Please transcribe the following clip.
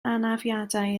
anafiadau